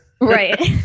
right